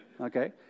Okay